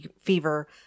fever